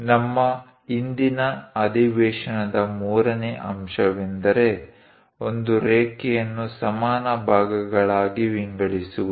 ನಮ್ಮ ಇಂದಿನ ಅಧಿವೇಶನದ ಮೂರನೇ ಅಂಶವೆಂದರೆ ಒಂದು ರೇಖೆಯನ್ನು ಸಮಾನ ಭಾಗಗಳಾಗಿ ವಿಂಗಡಿಸುವುದು